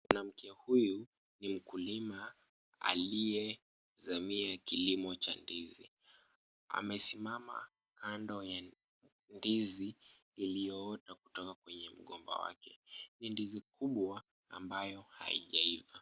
Mwanamke huyu ni mkulima, aliyezamia kilimo cha ndizi. Amesimama kando ya ndizi iliyoota kutoka kwenye mgomba wake. Ni ndizi kubwa ambayo haijaiva.